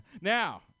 Now